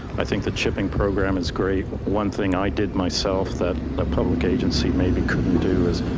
i think the chipping program is great. one thing i did myself that a public agency maybe couldn't do is,